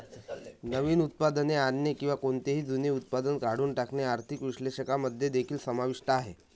नवीन उत्पादने आणणे किंवा कोणतेही जुने उत्पादन काढून टाकणे आर्थिक विश्लेषकांमध्ये देखील समाविष्ट आहे